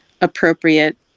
appropriate